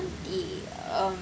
the um